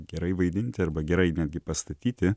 gerai vaidinti arba gerai netgi pastatyti